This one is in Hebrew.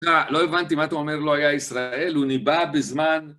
לא הבנתי מה אתם אומר, לא היה ישראל, הוא ניבא בזמן...